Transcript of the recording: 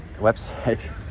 website